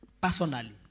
personally